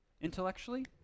Intellectually